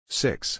six